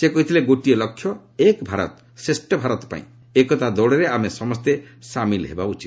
ସେ କହିଥିଲେ ଗୋଟିଏ ଲକ୍ଷ୍ୟ ଏକ୍ ଭାରତ ଶ୍ରେଷ୍ଠ ଭାରତ ପାଇଁ ଏକତା ପାଇଁ ଦୌଡ଼ରେ ଆମେ ସମସ୍ତେ ସାମିଲ୍ ହେବା ଉଚିତ